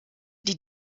die